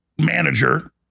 manager